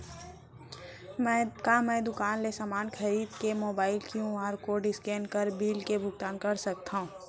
का मैं दुकान ले समान खरीद के मोबाइल क्यू.आर कोड स्कैन कर बिल के भुगतान कर सकथव?